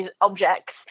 objects